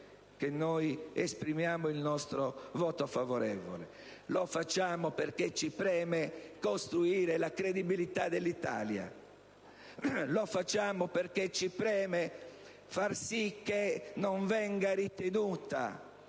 che noi esprimiamo il nostro voto favorevole. Lo facciamo perché ci preme costruire la credibilità dell'Italia; lo facciamo perché ci preme far sì che la politica